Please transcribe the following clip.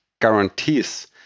guarantees